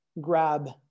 grab